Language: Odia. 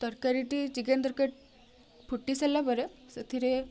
ତରକାରୀଟି ଚିକେନ୍ ଫୁଟି ସାରିଲା ପରେ ସେଥିରେ